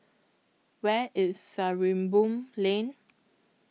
Where IS Sarimbun Lane